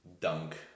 dunk